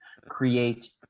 create